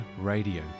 Radio